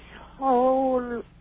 whole